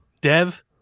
Dev